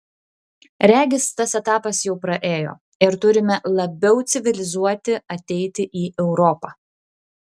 regis tas etapas jau praėjo ir turime labiau civilizuoti ateiti į europą